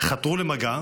חתרו למגע,